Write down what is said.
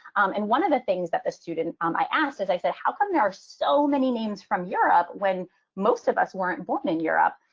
and one of the things that the student um i asked, as i said, how come there are so many names from europe when most of us weren't born in europe?